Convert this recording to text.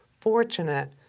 fortunate